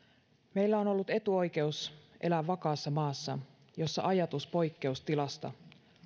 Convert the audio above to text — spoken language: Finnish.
meillä on ollut etuoikeus elää vakaassa maassa jossa ajatus poikkeustilasta